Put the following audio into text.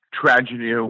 Tragedy